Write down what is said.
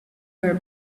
her